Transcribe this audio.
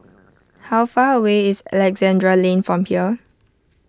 how far away is Alexandra Lane from here